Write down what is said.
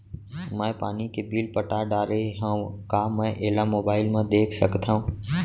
मैं पानी के बिल पटा डारे हव का मैं एला मोबाइल म देख सकथव?